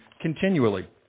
continually